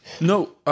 No